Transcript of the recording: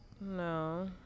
No